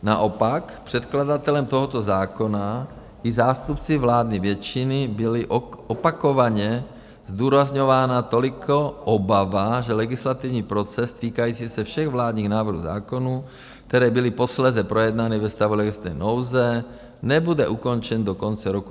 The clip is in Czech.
Naopak předkladatelem tohoto zákona i zástupci vládní většiny byla opakovaně zdůrazňována toliko obava, že legislativní proces týkající se všech vládních návrhů zákonů, které byly posléze projednány ve stavu legislativní nouze, nebude ukončen do konce roku 2010.